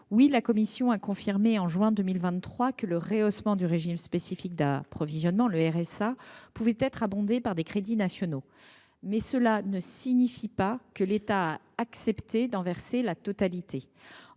ci a bien confirmé en juin 2023 que le rehaussement du régime spécifique d’approvisionnement pouvait être abondé par des crédits nationaux, mais cela ne signifie pas que l’État a accepté d’en verser la totalité.